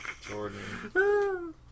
Jordan